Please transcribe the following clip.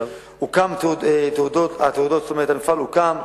המפעל הוקם,